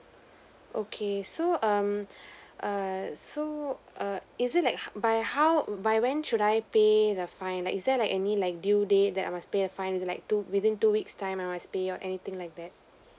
okay so um err so err is it like how by how by when should I pay the fine like is there like any like due date that I must pay the fine is it like two within two weeks time I must pay or anything like that